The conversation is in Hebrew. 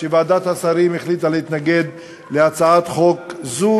שוועדת השרים החליטה להתנגד להצעת חוק זו